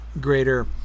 Greater